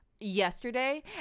yesterday